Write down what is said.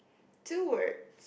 toward